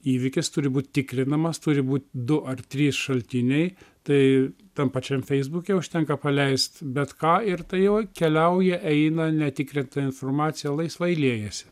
įvykis turi būt tikrinamas turi būt du ar trys šaltiniai tai tam pačiam feisbuke užtenka paleist bet ką ir tai jau keliauja eina netikrinta informacija laisvai liejasi